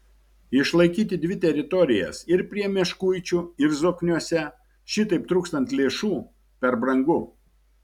išlaikyti dvi teritorijas ir prie meškuičių ir zokniuose šitaip trūkstant lėšų per brangu